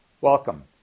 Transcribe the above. Welcome